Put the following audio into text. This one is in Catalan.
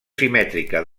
simètrica